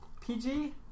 PG